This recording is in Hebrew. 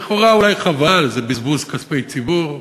לכאורה אולי חבל, זה בזבוז כספי ציבור.